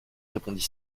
répondit